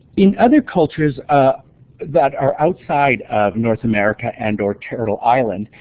in other cultures ah that are outside of north america and or turtle island,